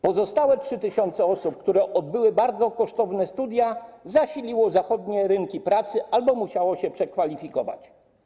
Pozostałe 3 tys. osób, które odbyły bardzo kosztowne studia, zasiliły zachodnie rynki pracy albo musiały się przekwalifikować.